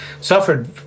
suffered